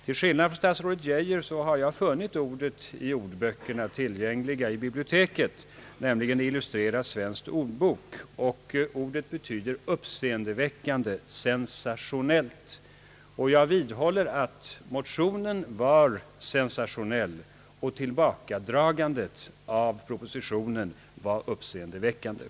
Till skillnad från statsrådet Geijer har jag funnit ordet i en ny ordbok tillgänglig i biblioteket, nämligen Illustrerad Svensk Ordbok. Ordet spektakulärt betyder »uppseendeväckande», »sensationell». Jag vidhåller sålunda att motionen var uppseendeväckande och att tillbaka dragandet av propositionen var sensationellt.